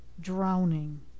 drowning